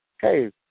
hey